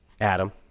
Adam